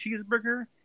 cheeseburger